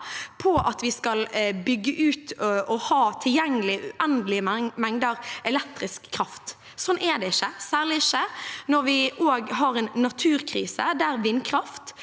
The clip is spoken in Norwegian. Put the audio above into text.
på at vi skal bygge ut og ha tilgjengelig uendelige mengder elektrisk kraft. Sånn er det ikke, særlig ikke når vi også har en naturkrise, der vindkraft